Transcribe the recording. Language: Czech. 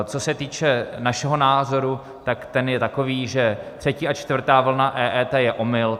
Co se týče našeho názoru, tak ten je takový, že třetí a čtvrtá vlna EET je omyl.